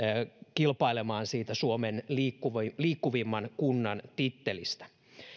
kilpailemaan siitä suomen liikkuvimman kunnan tittelistä